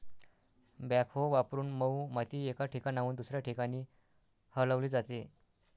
backhoe वापरून मऊ माती एका ठिकाणाहून दुसऱ्या ठिकाणी हलवली जाते